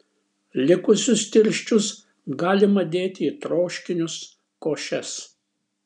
likusius tirščius galima dėti į troškinius košes